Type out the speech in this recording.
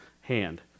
hand